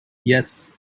yes